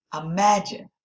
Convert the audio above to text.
Imagine